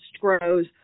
grows